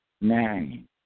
Nine